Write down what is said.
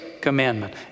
commandment